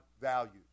values